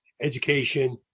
education